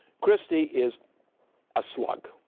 christie is a slug!